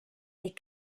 des